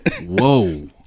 Whoa